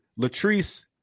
latrice